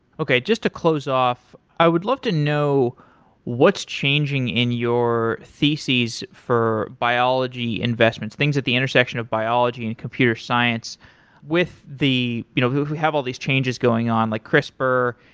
okay, just to close off, i would love to know what's changing in your thesis for biology investments? things at the intersection of biology and computer science with the you know we have all these changes going on, like crispr.